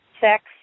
Sex